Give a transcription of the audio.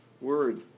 word